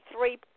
three